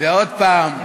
ועוד פעם,